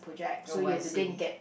oh I see